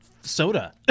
soda